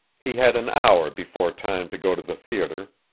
he had an hour before time to go to the theater.